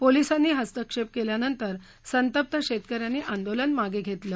पोलीसांनी हस्तक्षेप केल्यानंतर संतप्त शेतकऱ्यांनी आंदोलन मागे घेतलं